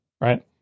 right